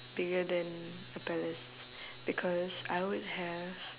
bigger than a palace because I would have